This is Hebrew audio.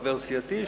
חבר סיעתי,